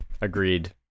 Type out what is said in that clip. agreed